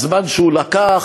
הזמן שהוא לקח?